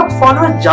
followers